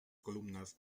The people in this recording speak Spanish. columnas